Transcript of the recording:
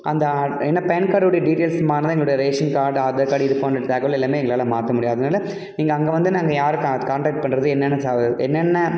அந்த ஏன்னால் பேன் கார்டுடைய டீட்டெயில்ஸ் மாறினா தான் எங்களோடய ரேஷன் கார்டு ஆதார் கார்டு இது போன்ற தகவல் எல்லாமே எங்களால் மாற்ற முடியும் அதனாலே நீங்கள் அங்கே வந்து நாங்கள் யாரை பாத் காண்டெக்ட் பண்ணுறது என்னென்ன ச என்னென்ன